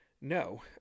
No